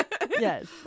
Yes